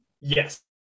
yes